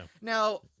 Now